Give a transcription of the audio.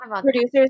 producers